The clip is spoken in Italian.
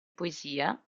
poesia